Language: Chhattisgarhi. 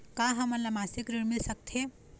का हमन ला मासिक ऋण मिल सकथे?